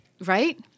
Right